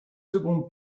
seconde